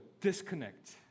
disconnect